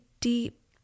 deep